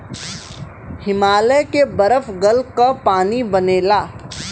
हिमालय के बरफ गल क पानी बनेला